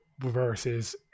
versus